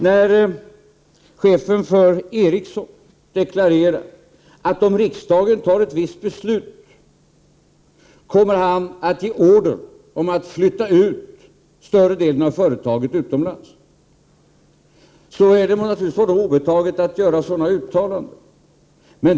När chefen för Ericsson deklarerar, att om riksdagen fattar ett visst beslut, kommer han att ge order om att flytta ut större delen av företaget utomlands. Det är naturligtvis honom obetaget att göra sådana uttalanden.